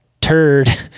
turd